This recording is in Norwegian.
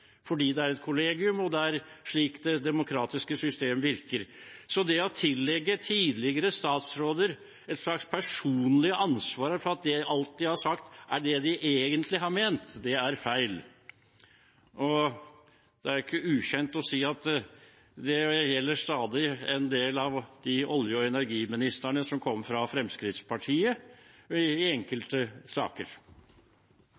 fordi det er et kollegium, og fordi det er slik det demokratiske system virker. Så det å tillegge tidligere statsråder et slags personlig ansvar, at alt de har sagt, er det de egentlig har ment, er feil. Det er ikke ukjent at det til stadighet gjaldt for en del av og olje- og energiministerne som kom fra Fremskrittspartiet, i